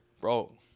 bro